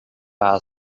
asked